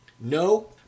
No